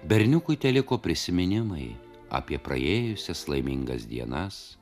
berniukui teliko prisiminimai apie praėjusias laimingas dienas